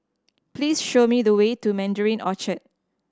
please show me the way to Mandarin Orchard